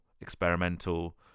experimental